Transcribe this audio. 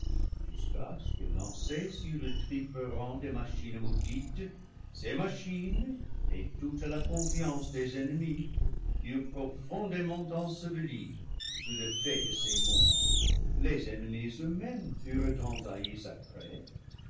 jusqu'à ce que lancées sur le triple rang des ma chines maudites ces machines et toute la confiance des enne mis furent profondément ensevelies sous le faix de ces monts les ennemis eux-mêmes furent envahis après